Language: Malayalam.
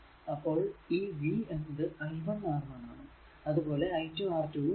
അപ്പോൾ ഈ v എന്നത് i 1 R 1 ആണ് അതുപോലെ i 2 R2 ഉം ആണ്